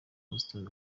houston